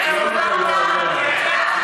לא אמרתי לך,